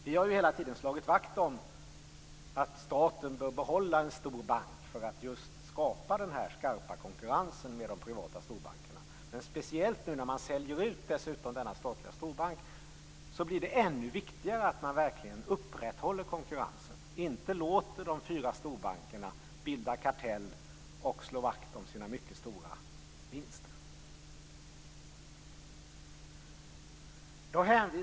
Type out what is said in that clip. Vi har hela tiden slagit vakt om att staten bör behålla en stor bank för att just skapa skarp konkurrens med de privata storbankerna. Speciellt nu när man säljer ut denna statliga storbank blir det ännu viktigare att man verkligen upprätthåller konkurrensen och inte låter de fyra storbankerna bilda kartell och slå vakt om sina mycket stora vinster.